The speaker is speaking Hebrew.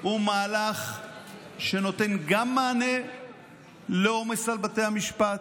הוא מהלך שנותן גם מענה לעומס על בתי המשפט,